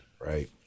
right